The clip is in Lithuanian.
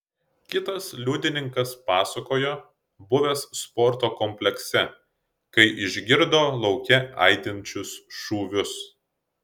kitas liudininkas pasakojo buvęs sporto komplekse kai išgirdo lauke aidinčius šūvius